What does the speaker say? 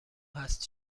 هست